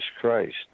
Christ